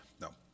No